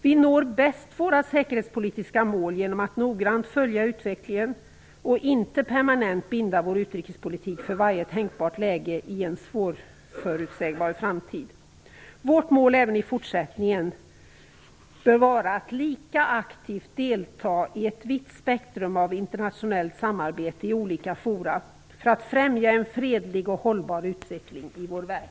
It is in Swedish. Vi når bäst våra säkerhetspolitiska mål genom att noggrant följa utvecklingen och inte permanent binda vår utrikespolitik för varje tänkbart läge i en svårförutsägbar framtid. Vårt mål bör även i fortsättningen vara att lika aktivt delta i ett vitt spektrum av internationellt samarbete i olika fora för att främja en fredlig och hållbar utveckling i vår värld.